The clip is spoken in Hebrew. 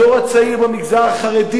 הדור הצעיר במגזר החרדי,